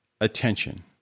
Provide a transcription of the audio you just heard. attention